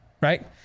right